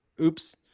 Oops